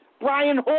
Brian